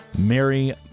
Mary